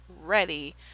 ready